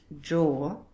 jaw